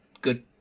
good